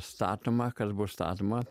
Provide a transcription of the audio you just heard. statoma kas buvo statoma